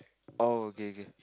oh okay okay